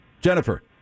Jennifer